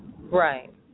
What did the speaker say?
Right